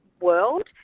world